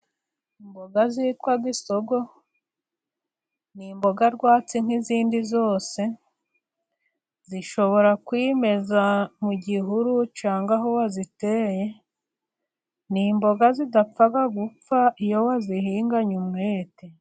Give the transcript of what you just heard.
Imboga zitwa isogo. Ni imboga rwatsi nk'izindi zose. Zishobora kwimeza mu gihuru cyangwa aho waziteye. Ni imboga zidapfa gupfa iyo wazihinganye umwete.